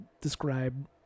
Describe